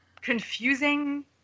confusing